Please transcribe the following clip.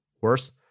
Worse